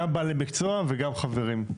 גם בעלי מקצוע וגם חברים.